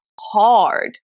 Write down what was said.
hard